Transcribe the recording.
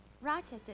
Rochester